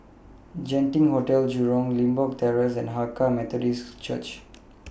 Genting Hotel Jurong Limbok Terrace and Hakka Methodist Church